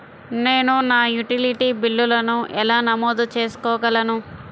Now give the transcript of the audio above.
నేను నా యుటిలిటీ బిల్లులను ఎలా నమోదు చేసుకోగలను?